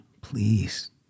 Please